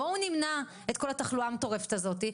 בואו נמנע את כל התחלואה המטורפת הזאתי.